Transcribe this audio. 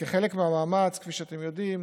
כחלק מהמאמץ, כפי שאתם יודעים,